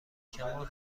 کمان